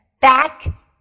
back